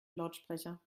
lautsprecher